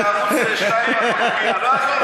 וערוץ 2 בחנוכייה,